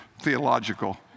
theological